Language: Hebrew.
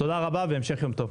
תודה רבה לכולם והמשך יום טוב,